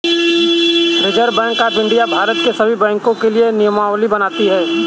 reserve bank of India Bharat के सभी बैंकों के लिए नियमावली बनाती है